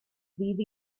ddydd